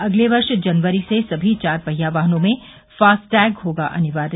अगले वर्ष जनवरी से सभी चार पहिया वाहनों में फास्ट टैग होगा अनिवार्य